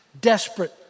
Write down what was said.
desperate